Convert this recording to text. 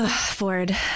Ford